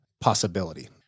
possibility